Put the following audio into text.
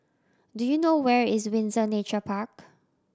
do you know where is Windsor Nature Park